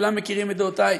וכולם מכירים את דעותי,